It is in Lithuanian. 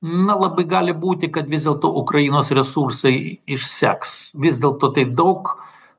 na labai gali būti kad vis dėlto ukrainos resursai išseks vis dėlto tai daug